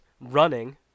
running